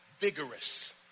vigorous